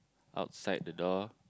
outside the door